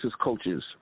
coaches